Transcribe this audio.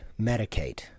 medicate